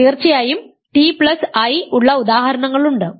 തീർച്ചയായും T plus I ഉള്ള ഉദാഹരണങ്ങളുണ്ട്